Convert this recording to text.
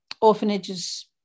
orphanages